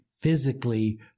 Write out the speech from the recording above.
physically